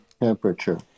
temperature